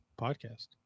Podcast